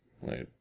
Wait